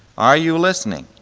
are you listening?